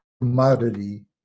commodity